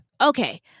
Okay